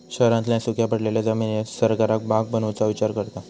शहरांतल्या सुख्या पडलेल्या जमिनीर सरकार बाग बनवुचा विचार करता